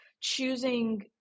choosing